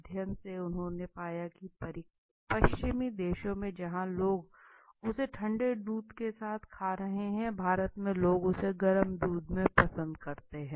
अध्यन से उन्होंने पाया की पश्चिम देशो में जहां लोग उसे ठंडे दूध के साथ खा रहे भारत के लोग उसे गर्म दूध में पसंद करते हैं